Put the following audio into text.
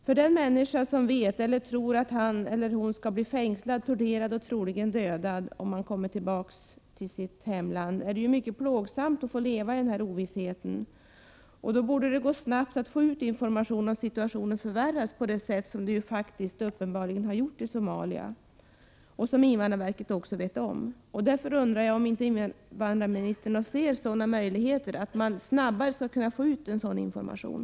För den människa som vet eller tror att hon skall bli fängslad, torterad och troligen dödad om hon kommer tillbaka till sitt hemland är det mycket plågsamt att leva i ovisshet. Det borde då snabbt gå ut information, om situationen förvärras, som den uppenbarligen har gjort i Somalia, vilket invandrarverket också vet om. Därför undrar jag om invandrarministern ser någon möjlighet att snabbare gå ut med information.